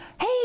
Hey